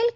L